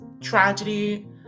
tragedy